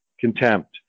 contempt